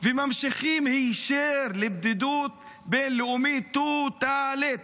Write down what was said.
ממשיכים היישר לבדידות בין-לאומית טוטלית.